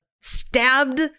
stabbed